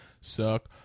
suck